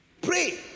Pray